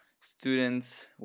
Students